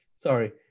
Sorry